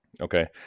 okay